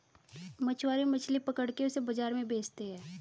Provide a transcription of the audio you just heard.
मछुआरे मछली पकड़ के उसे बाजार में बेचते है